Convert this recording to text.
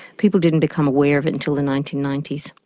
people didn't become aware of it until the nineteen ninety s.